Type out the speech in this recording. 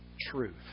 truth